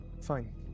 fine